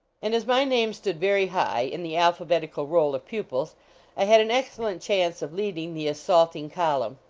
and as my name stood very high in the alphabetical roll of pupils i had an excellent chance of leading the assaulting column,